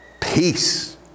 Peace